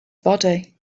body